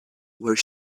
were